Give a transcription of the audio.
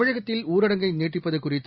தமிழகத்தில் ஊரடங்கை நீட்டிப்பது குறித்து